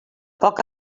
poc